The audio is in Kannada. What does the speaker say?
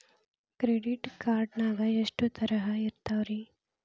ಕ್ರೆಡಿಟ್ ಕಾರ್ಡ್ ನಾಗ ಎಷ್ಟು ತರಹ ಇರ್ತಾವ್ರಿ?